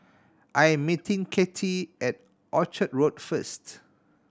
I am meeting Katy at Orchid Road first